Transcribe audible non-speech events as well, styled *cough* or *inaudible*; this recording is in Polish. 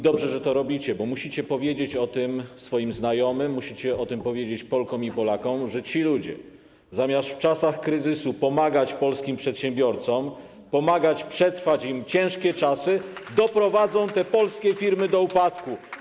Dobrze, że to robicie, bo musicie powiedzieć o tym swoim znajomym, musicie o tym powiedzieć Polkom i Polakom, że ci ludzie, zamiast w czasach kryzysu pomagać polskim przedsiębiorcom, pomagać im przetrwać ciężkie czasy, *applause* doprowadzą te polskie firmy do upadku.